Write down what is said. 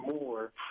more